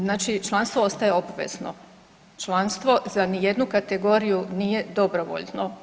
Znači članstvo ostaje obvezno, članstvo za ni jednu kategoriju nije dobrovoljno.